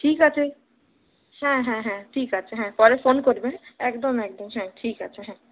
ঠিক আছে হ্যাঁ হ্যাঁ হ্যাঁ ঠিক আছে হ্যাঁ পরে ফোন করবে একদম একদম হ্যাঁ ঠিক আছে হ্যাঁ